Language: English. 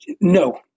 No